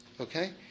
okay